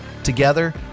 together